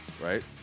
Right